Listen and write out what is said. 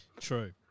True